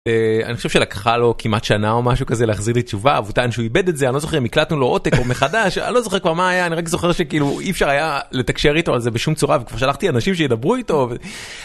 אני חושב שלקחה לו כמעט שנה או משהו כזה להחזיר לי תשובה והוא טען שהוא איבד את זה אני לא זוכר אם הקלטנו לו עותק או מחדש אני לא זוכר כבר מה היה אני רק זוכר שכאילו אי אפשר היה לתקשר איתו על זה בשום צורה וכבר שלחתי אנשים שידברו איתו.